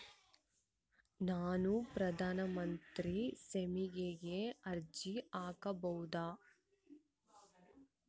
ನಾನು ಪ್ರಧಾನ ಮಂತ್ರಿ ಸ್ಕೇಮಿಗೆ ಅರ್ಜಿ ಹಾಕಬಹುದಾ?